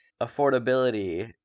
affordability